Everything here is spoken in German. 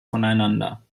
voneinander